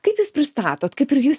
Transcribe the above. kaip jūs pristatot kaip ir jūs